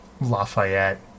lafayette